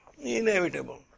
Inevitable